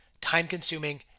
time-consuming